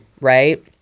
right